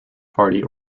party